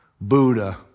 Buddha